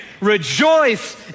rejoice